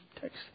text